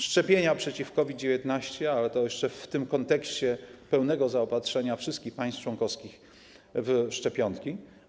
Szczepienia przeciw COVID-19, ale to jeszcze w tym kontekście pełnego zaopatrzenia wszystkich państw członkowskich w szczepionki.